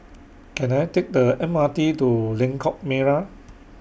Can I Take The M R T to Lengkok Merak